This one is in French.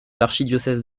l’archidiocèse